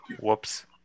whoops